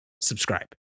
subscribe